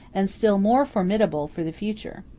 and still more formidable for the future.